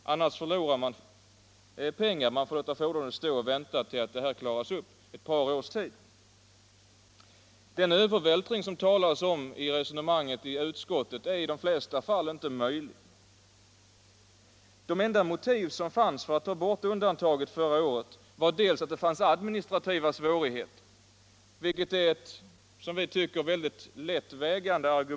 Annars förlorar man pengar genom att fordonet får stå och vänta på försäljning till dess detta med skatten klarats upp och det kan ta ett par år. Den övervältring som det talas om i utskottsbetänkandet är i de flesta fall inte möjlig. De motiv som fanns förra året för att ta bort undantaget från nyttjandeförbud var till att börja med administrativa svårigheter. Den invändningen tycker vi väger mycket lätt.